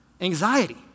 Anxiety